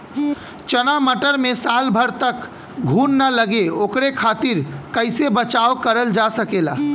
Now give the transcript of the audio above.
चना मटर मे साल भर तक घून ना लगे ओकरे खातीर कइसे बचाव करल जा सकेला?